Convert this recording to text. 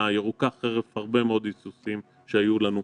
ירוקה חרף הרבה מאוד היסוסים שהיו לנו.